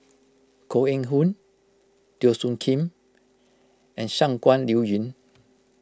Koh Eng Hoon Teo Soon Kim and Shangguan Liuyun